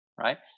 right